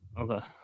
okay